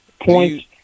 points